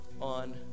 on